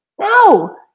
No